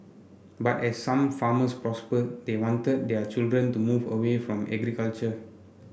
but as some farmers prospered they wanted their children to move away from agriculture